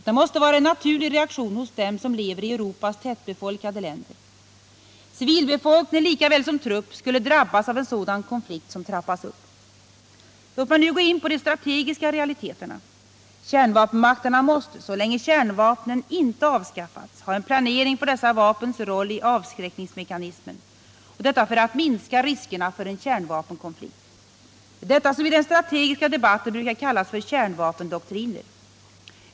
Detta måste vara en naturlig reaktion hos dem som lever i Europas tättbefolkade länder. Civilbefolkning lika väl som trupp skulle drabbas av en sådan konflikt som trappas upp. Låt mig nu gå in på de strategiska realiteterna. Kärnvapenmakterna måste, så länge kärnvapnen inte avskaffats, ha en planering för dessa vapens roll i avskräckningsmekanismen — detta för att minska riskerna för en kärnvapenkonflikt. Det är detta som i den strategiska debatten brukar kallas för kärnvapendoktriner.